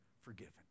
forgiven